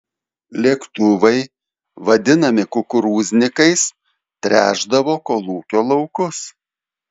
lėktuvai vadinami kukurūznikais tręšdavo kolūkio laukus